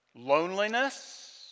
Loneliness